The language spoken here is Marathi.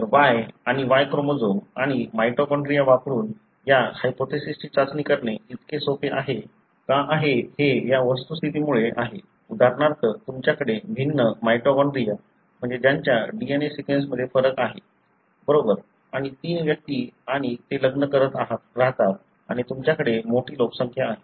तर Y आणि Y क्रोमोझोम आणि माइटोकॉन्ड्रिया वापरून या हायपोथेसिसची चाचणी करणे इतके सोपे का आहे हे या वस्तुस्थितीमुळे आहे उदाहरणार्थ तुमच्याकडे भिन्न माइटोकॉन्ड्रिया म्हणजे त्यांच्या DNA सिक्वेन्स मध्ये फरक आहे बरोबर आणि तीन व्यक्ती आणि ते लग्न करत राहतात आणि तुमच्याकडे मोठी लोकसंख्या आहे